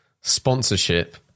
sponsorship